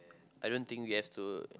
I don't think we have to